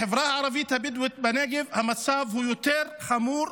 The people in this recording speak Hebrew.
בחברה הערבית הבדואית בנגב המצב יותר חמור: